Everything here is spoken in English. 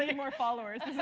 more followers,